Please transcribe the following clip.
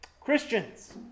Christians